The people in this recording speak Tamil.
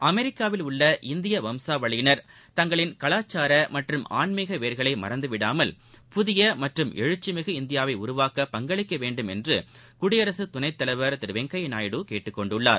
அமெரிக்காவில் உள்ள இந்தியவம்சாவளியினர் கங்களின் கலாச்சாரமற்றம் ஆன்மீகவேர்களைமறந்துவிடாமல் புதியமற்றும் எழுச்சிமிகு இந்தியாவைஉருவாக்க பங்களிக்கவேண்டும் என்றுகுடியரசுத் துணைத் தலைவர் திருவெங்கையநாயுடு கேட்டுக் கொண்டுள்ளார்